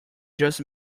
just